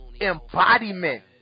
embodiment